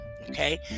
Okay